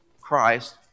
Christ